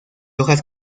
hojas